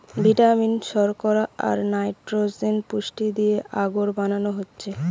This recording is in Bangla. ভিটামিন, শর্করা, আর নাইট্রোজেন পুষ্টি দিয়ে আগর বানানো হচ্ছে